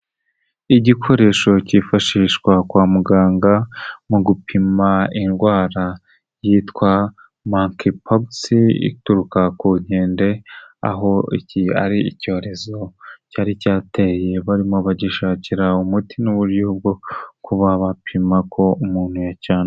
Igikoresho cyifashishwa kwa muganga mu gupima indwara yitwa manki pokisi, ituruka ku nkende, aho iki ari icyorezo cyari cyateye, barimo bagishakira umuti n'uburyo bwo kuba bapima ko umuntu yacyanduye.